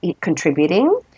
contributing